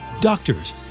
doctors